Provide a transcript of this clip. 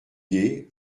gué